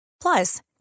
Plus